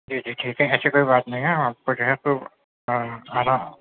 جی جی ٹھیک ہے ایسی کوئی بات نہیں ہے ہم آپ کو جو ہے تو